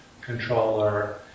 controller